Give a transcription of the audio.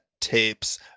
tapes